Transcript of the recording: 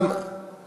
האדם